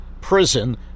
prison